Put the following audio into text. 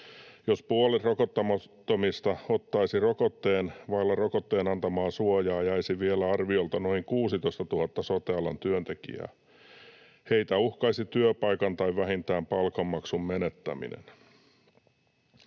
Jos puolet rokottamattomista ottaisi rokotteen, vaille rokotteen antamaa suojaa jäisi vielä arviolta noin 16 000 sote-alan työntekijää. Heitä uhkaisi työpaikan tai vähintään palkanmaksun menettäminen.